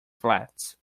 flats